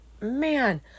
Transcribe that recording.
man